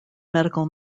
medical